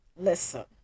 Listen